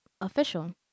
official